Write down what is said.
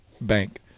bank